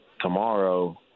tomorrow